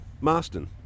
Marston